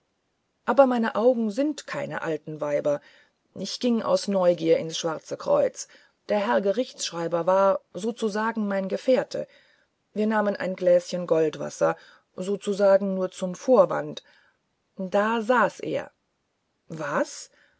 aber meine augen sind keine alten weiber ich ging aus neugier ins schwarze kreuz der herr gerichtschreiber war sozusagen mein gefährte wir nahmen ein gläschen goldwasser sozusagen nur zum vorwand da saß er was